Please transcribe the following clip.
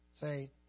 Say